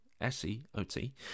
S-E-O-T